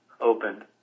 opened